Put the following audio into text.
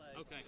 Okay